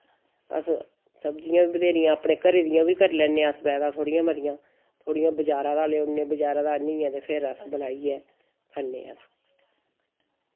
अस सब्जियां वि बथेरियां अपने घरे दि'यां वि करी लैने अस पैदा थोह्ड़ियां मतियां थोह्ड़ियां बजारा दा लेऔने बजारा दा आह्नियै ते फिर अस बनाइयै खन्ने अस